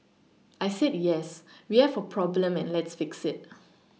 I said yes we have a problem and let's fix it